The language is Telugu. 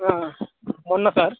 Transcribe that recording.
మొన్న సార్